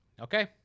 Okay